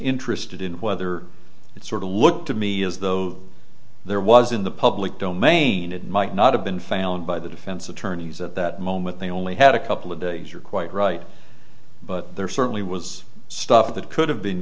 interested in whether it's sort of looked to me as though there was in the public domain it might not have been found by the defense attorneys at that moment they only had a couple of days you're quite right but there certainly was stuff that could have been